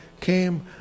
came